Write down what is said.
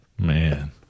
Man